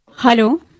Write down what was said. Hello